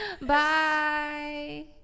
Bye